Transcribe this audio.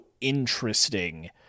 interesting